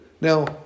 Now